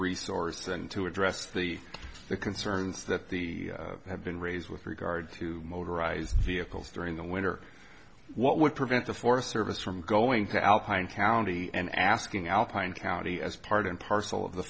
resource and to address the concerns that the have been raised with regard to motorized vehicles during the winter what would prevent the forest service from going to alpine county and asking alpine county as part and parcel of the